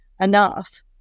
enough